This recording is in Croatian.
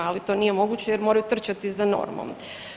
Ali to nije moguće, jer moraju trčati za normom.